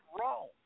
wrong